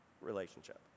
relationship